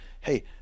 hey